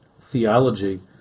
theology